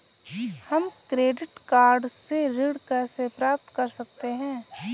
हम credit card से ऋण कैसे प्राप्त कर सकते हैं?